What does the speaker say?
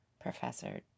Professor